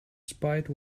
spite